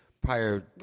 prior